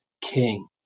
king